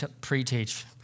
pre-teach